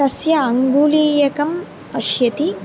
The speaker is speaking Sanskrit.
तस्य अङ्गुलीयकम् पश्यति